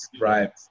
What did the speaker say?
Right